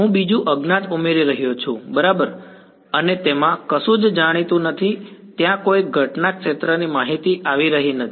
હું બીજું અજ્ઞાત ઉમેરી રહ્યો છું બરાબર અને તેમાં કશું જ જાણીતું નથી ત્યાં કોઈ ઘટના ક્ષેત્રની માહિતી આવી રહી નથી